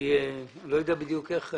אני לא יודע בדיוק איך.